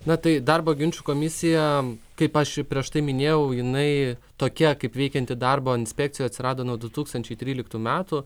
na tai darbo ginčų komisija kaip aš prieš tai minėjau jinai tokia kaip veikianti darbo inspekcijų atsirado nuo du tūkstančiai tryliktų metų